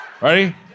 Ready